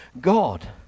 God